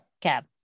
Cab